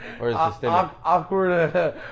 awkward